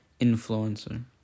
influencer